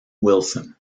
wilson